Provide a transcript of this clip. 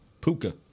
Puka